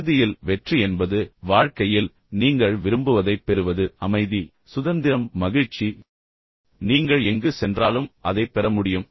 இறுதியில் வெற்றி என்பது வாழ்க்கையில் நீங்கள் விரும்புவதைப் பெறுவது அமைதி சுதந்திரம் மகிழ்ச்சி நீங்கள் எங்கு சென்றாலும் அதைப் பெற முடியும்